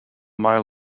mile